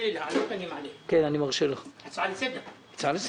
הצעה לסדר.